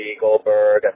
Goldberg